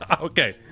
Okay